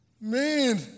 Man